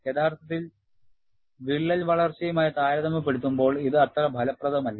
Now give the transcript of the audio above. യഥാർത്ഥ വിള്ളൽ വളർച്ചയുമായി താരതമ്യപ്പെടുത്തുമ്പോൾ ഇത് അത്ര ഫലപ്രദമല്ല